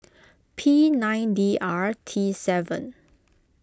P nine D R T seven